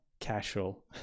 Casual